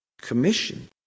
commission